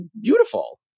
beautiful